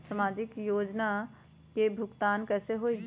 समाजिक योजना के भुगतान कैसे होई?